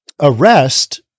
arrest